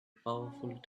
powerful